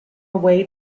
away